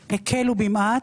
- הם הקלו במעט,